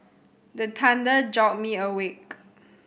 the thunder jolt me awake